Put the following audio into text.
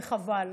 וחבל.